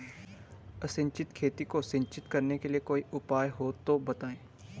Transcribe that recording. असिंचित खेती को सिंचित करने के लिए कोई उपाय हो तो बताएं?